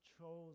chose